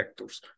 vectors